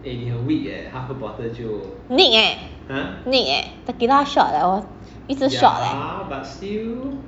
nick eh nick eh tequila shot eh 我一直 shot leh